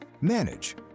manage